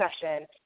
session